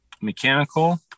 mechanical